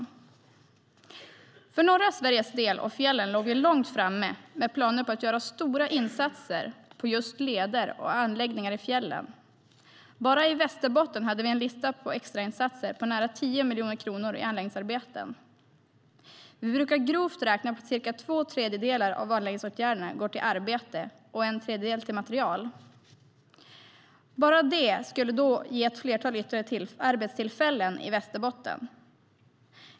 Han sa: För norra Sveriges del och fjällen låg vi långt framme med planer på att göra stora insatser på just leder och anläggningar i fjällen. Bara i Västerbotten hade vi en lista på extrainsatser på nära 10 miljoner kronor i anläggningsarbeten. Vi brukar grovt räkna på att cirka två tredjedelar av anläggningsåtgärder går till arbete och en tredjedel till materiel. Bara det skulle då ge ett flertal ytterligare arbetstillfällen i Västerbotten.